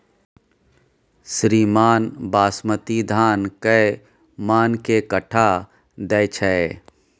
श्रीमान बासमती धान कैए मअन के कट्ठा दैय छैय?